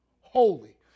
holy